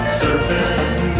surfing